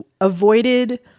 avoided